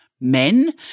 men